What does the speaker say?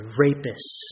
rapists